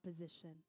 opposition